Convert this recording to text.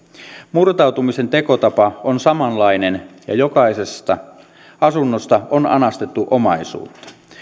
murtautumisen tekotapa on samanlainen ja jokaisesta asunnosta on anastettu omaisuutta